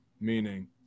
Meaning